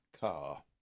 car